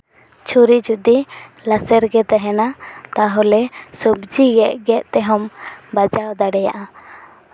ᱪᱷᱩᱨᱤ ᱡᱚᱫᱤ ᱞᱟᱥᱮᱨ ᱜᱮ ᱛᱟᱦᱮᱱᱟ ᱛᱟᱦᱚᱞᱮ ᱥᱚᱵᱡᱤ ᱜᱮᱫ ᱜᱮᱫ ᱛᱮᱦᱚᱢ ᱵᱟᱡᱟᱣ ᱫᱟᱲᱮᱭᱟᱜᱼᱟ